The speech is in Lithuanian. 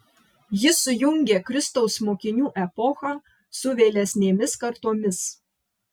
jis sujungė kristaus mokinių epochą su vėlesnėmis kartomis